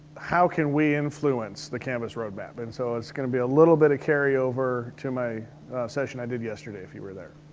how can we influence the canvas roadmap? and so it's gonna be a little bit of carryover to my session i did yesterday, if you were there.